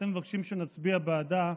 ואתם מבקשים שנצביע בעדה,